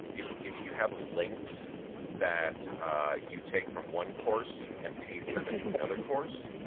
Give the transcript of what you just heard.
if if you have links that you take from one course and paste them into another course,